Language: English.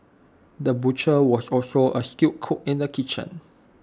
the butcher was also A skilled cook in the kitchen